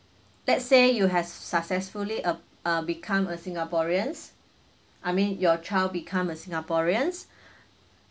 let's say you have successfully uh uh become a singaporeans I mean your child become a singaporeans